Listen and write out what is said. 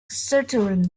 centurion